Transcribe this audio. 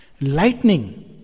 lightning